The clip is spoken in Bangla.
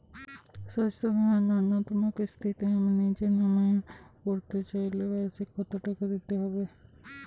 স্বাস্থ্য বীমার ন্যুনতম কিস্তিতে আমি নিজের নামে করতে চাইলে বার্ষিক কত টাকা দিতে হবে?